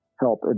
help